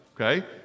Okay